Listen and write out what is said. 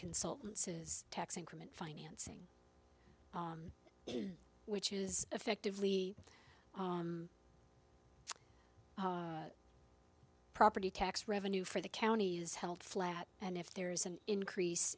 consultants is tax increment financing which is effectively a property tax revenue for the county health flat and if there is an increase